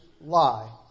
lie